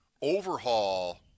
overhaul